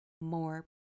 more